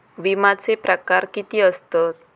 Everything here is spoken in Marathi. विमाचे प्रकार किती असतत?